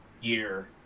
Year